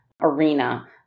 arena